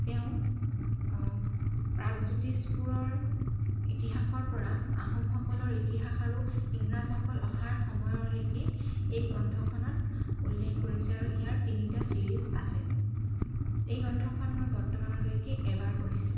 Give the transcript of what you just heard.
তেওঁ প্ৰাগজ্যোতিষপুৰৰ ইতিহাসৰ পৰা আহোমসকলৰ ইতিহাস আৰু ইংৰাজসকল অহাৰ সময়লৈকে এই গ্ৰন্থখনত উল্লেখ কৰিছে আৰু ইয়াৰ তিনিটা চিৰিজ আছে এই গ্ৰন্থখন মই বৰ্তমানলৈকে এবাৰ পঢ়িছোঁ